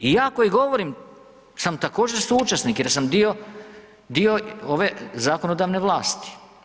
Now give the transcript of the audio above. I ja koji govorim sam također suučesnik jer sam dio ove zakonodavne vlasti.